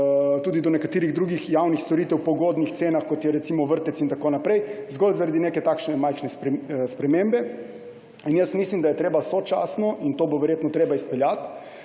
tudi do nekaterih drugih javnih storitev po ugodnih cenah, kot je recimo vrtec in tako naprej, in to zgolj zaradi neke takšne majhne spremembe. Jaz mislim, da je treba sočasno, in to bo verjetno treba izpeljati,